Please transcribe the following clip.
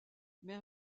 mais